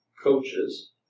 coaches